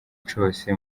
cose